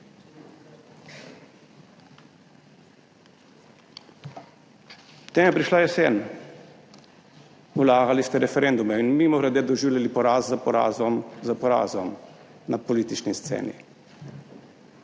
Potem je prišla jesen, vlagali ste referendume in, mimogrede, doživljali poraz za porazom na politični sceni.